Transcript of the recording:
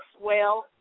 whale